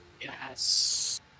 Yes